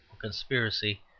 conspiracy